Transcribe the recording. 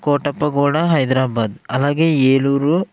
కోటప్పగోడ హైదరాబాద్ అలాగే ఏలూరు